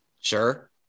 Sure